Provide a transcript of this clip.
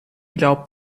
glaubt